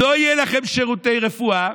לא יהיו לכם שירותי רפואה,